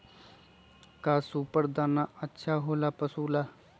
का सुपर दाना अच्छा हो ला पशु ला?